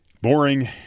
boring